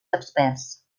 experts